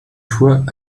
fois